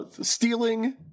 stealing